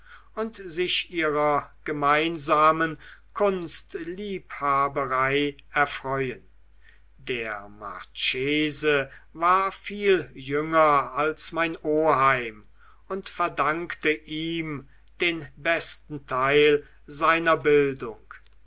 und sich ihrer gemeinsamen kunstliebhaberei erfreuen der marchese war viel jünger als mein oheim und verdankte ihm den besten teil seiner bildung